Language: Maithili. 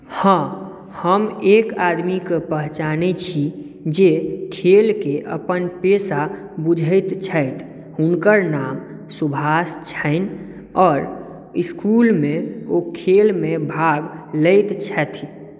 हँ हम एक आदमीकेँ पहचानैत छी जे खेलकेँ अपन पेशा बुझैत छथि हुनकर नाम सुभाष छनि आओर इसकुलमे ओ खेलमे भाग लैत छथि